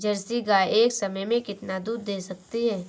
Jersey गाय एक समय में कितना दूध दे सकती है?